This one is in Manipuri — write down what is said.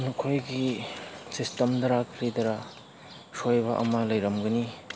ꯃꯈꯣꯏꯒꯤ ꯁꯤꯁꯇꯦꯝꯗꯔꯥ ꯀꯔꯤꯗꯔꯥ ꯑꯁꯣꯏꯕ ꯑꯃ ꯂꯩꯔꯝꯒꯅꯤ